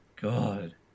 god